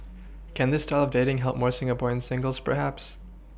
can this style dating help more Singaporean singles perhaps